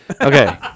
Okay